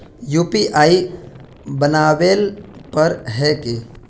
UPI बनावेल पर है की?